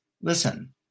Listen